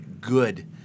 good